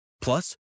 Plus